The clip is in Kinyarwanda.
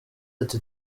ati